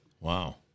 Wow